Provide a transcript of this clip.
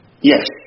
Yes